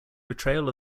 betrayal